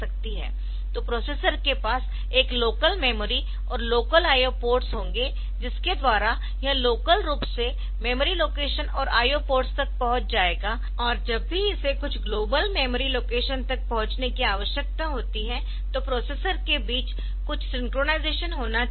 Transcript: तो प्रोसेसर के पास एक लोकल मेमोरी और लोकल IO पोर्ट्स होंगे जिसके द्वारा यह लोकल रूप से मेमोरी लोकेशन और IO पोर्ट्स तक पहुंच जाएगा और जब भी इसे कुछ ग्लोबल मेमोरी लोकेशन तक पहुंचने की आवश्यकता होती है तो प्रोसेसर के बीच कुछ सिंक्रनाइज़ेशन होना चाहिए